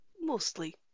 Mostly